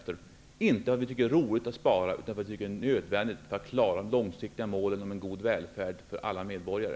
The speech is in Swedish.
Vi gör det inte därför att vi tycker att det är roligt att spara utan därför att det är nödvändigt för att kunna klara de långsiktiga målen, som en god välfäld för alla medborgare.